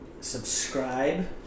subscribe